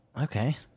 Okay